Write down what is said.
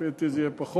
לפי דעתי זה יהיה פחות.